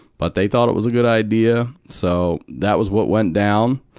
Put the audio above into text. but they thought it was a good idea. so, that was what went down.